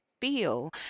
feel